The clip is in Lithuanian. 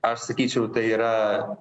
aš sakyčiau tai yra